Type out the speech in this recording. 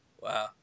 Wow